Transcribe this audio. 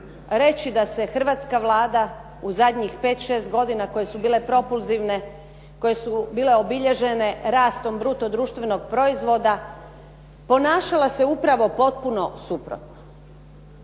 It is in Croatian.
reći da se hrvatska Vlada u zadnjih 5, 6 godina koje su bile propulzivne, koje su bile obilježene rastom bruto društvenog proizvoda, ponašala se upravo potpuno suprotno.